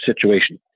situation